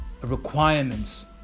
requirements